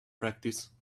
practice